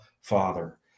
Father